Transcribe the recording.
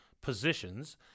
positions